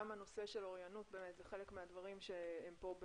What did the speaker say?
הנושא של אוריינות באמת זה חלק מהדברים שהם פה,